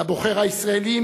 לבוחר הישראלי,